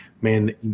man